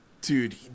Dude